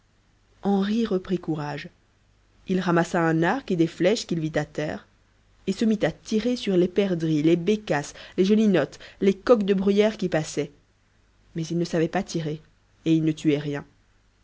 henri reprit courage il ramassa un arc et des flèches qu'il vit à terre et se mit à tirer sur les perdrix les bécasses les gelinottes les coqs de bruyère qui passaient mais il ne savait pas tirer et il ne tuait rien